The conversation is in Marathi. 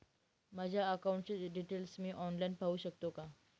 माझ्या अकाउंटचे डिटेल्स मी ऑनलाईन पाहू शकतो का?